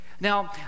Now